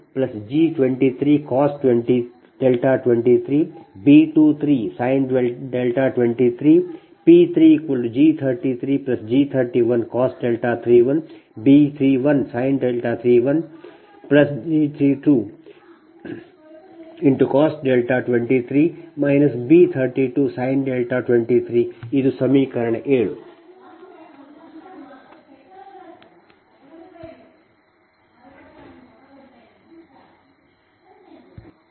ಅಂತೆಯೇP2G22G23cos 23 B23sin 23 P3G33G31cos 31 B31sin 31 G32cos 23 B32sin 23 ಇದು ಸಮೀಕರಣ 7